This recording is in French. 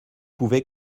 pouvez